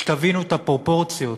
שתבינו את הפרופורציות,